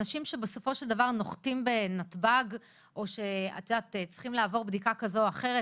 אנשים שבסופו של דבר נוחתים בנתב"ג או שצריכים לעבור בדיקה כזו או אחרת.